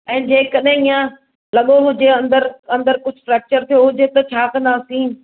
ऐं जेकॾहिं ईअं लॻो हुजे अंदरि अंदरि कुझु फ्रेकचर थियो हुजे त छा कंदासीं